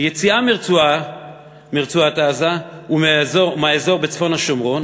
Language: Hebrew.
יציאה מרצועת-עזה ומהאזור בצפון השומרון